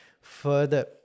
further